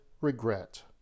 regret